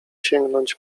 sięgnąć